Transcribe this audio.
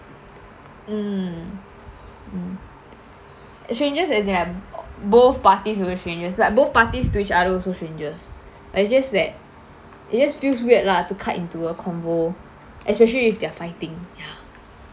mm mm a stranger as in both parties also strangers like both party to each other also strangers but it's just that it just feels weird lah to cut in a convo especially if they are fighting ya